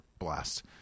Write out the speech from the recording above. blast